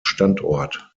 standort